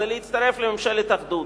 זה להצטרף לממשלת אחדות,